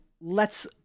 lets